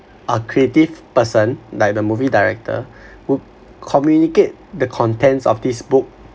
our creative person like the movie director would communicate the contents of this book